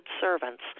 servants